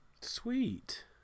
Sweet